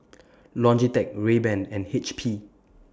Logitech Rayban and H P